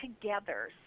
together